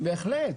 בהחלט.